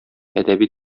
әдәби